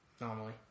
normally